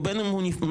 או בין אם הוא נפטר.